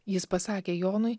jis pasakė jonui